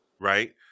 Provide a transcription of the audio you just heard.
right